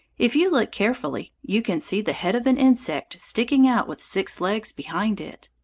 if you look carefully you can see the head of an insect sticking out with six legs behind it.